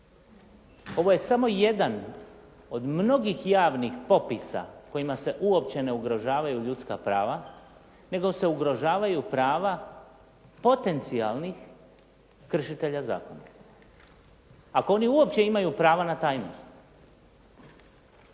Ovo je samo jedan od mnogih javnih popisa kojima se uopće ne ugrožavaju ljudska prava nego se ugrožavaju prava potencijalnih kršitelja zakona. Ako oni uopće imaju pravo na tajnost.